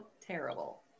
terrible